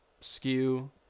skew